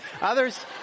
others